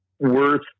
worth